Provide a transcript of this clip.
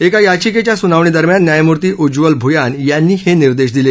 एका याचिकेच्या सुनावणीदरम्यान न्यायमूर्ती उज्ज्वल भुयान यांनी हे निर्देश दिले